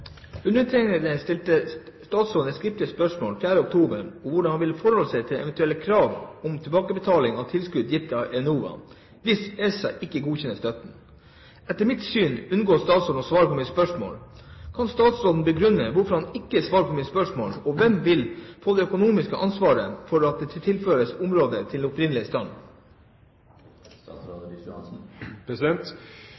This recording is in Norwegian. et eventuelt krav om tilbakebetaling av tilskudd gitt av Enova, hvis ESA ikke godkjenner støtten. Etter mitt syn unngår statsråden å svare på mitt spørsmål. Kan statsråden begrunne hvorfor han ikke svarer på mitt spørsmål, og hvem vil få det økonomiske ansvaret for å tilbakeføre området til opprinnelig stand?» Det gjelder et felles sett av retningslinjer for statsstøtte til